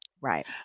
Right